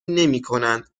نمیکنند